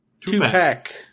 two-pack